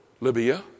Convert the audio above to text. Libya